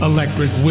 Electric